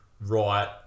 right